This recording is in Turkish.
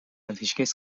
ateşkes